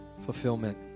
fulfillment